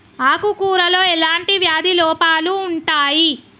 ఆకు కూరలో ఎలాంటి వ్యాధి లోపాలు ఉంటాయి?